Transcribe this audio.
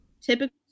typically